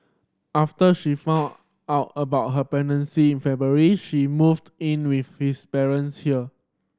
after she found out about her pregnancy in February she moved in with his parents here